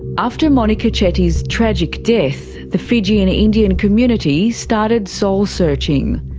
after monika chetty's tragic death, the fijian indian community started soul searching.